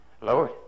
Lord